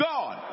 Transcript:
God